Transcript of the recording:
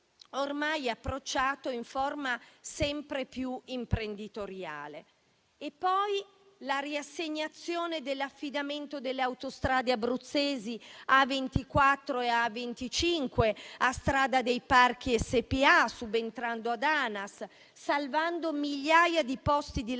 ormai approcciato in forma sempre più imprenditoriale. C'è poi la riassegnazione dell'affidamento delle autostrade abruzzesi A24 e A25 a Strada dei Parchi SpA, subentrando ad ANAS, salvando migliaia di posti di lavoro e